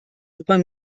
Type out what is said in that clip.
über